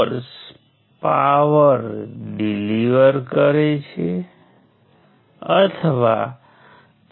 તો ચાલો હું તમને એક ટ્રીનું ઉદાહરણ બતાવું